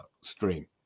stream